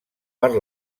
per